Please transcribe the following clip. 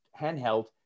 handheld